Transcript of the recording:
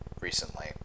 recently